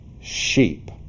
sheep